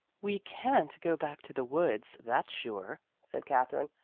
we can't go back to the woods, that's sure, said katherine.